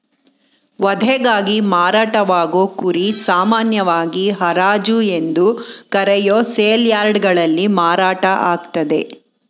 ವಧೆಗಾಗಿ ಮಾರಾಟವಾಗೋ ಕುರಿ ಸಾಮಾನ್ಯವಾಗಿ ಹರಾಜು ಎಂದು ಕರೆಯೋ ಸೇಲ್ಯಾರ್ಡ್ಗಳಲ್ಲಿ ಮಾರಾಟ ಆಗ್ತದೆ